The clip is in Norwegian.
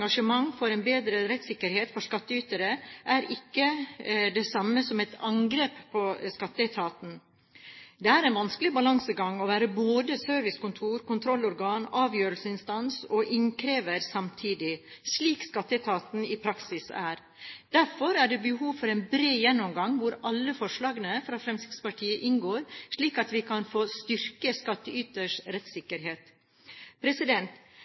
engasjement for en bedre rettssikkerhet for skattytere er ikke det samme som et angrep på Skatteetaten. Det er en vanskelig balansegang å være både servicekontor, kontrollorgan, avgjørelsesinstans og innkrever samtidig – slik Skatteetaten i praksis er. Derfor er det behov for en bred gjennomgang hvor alle forslagene fra Fremskrittspartiet inngår, slik at vi kan få